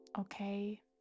okay